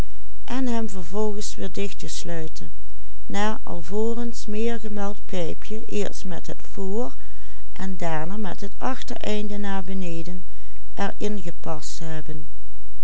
voor en daarna met het achtereinde naar beneden er in gepast te hebben